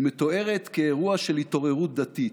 היא מתוארת כאירוע של התעוררות דתית.